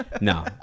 No